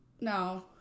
No